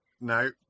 No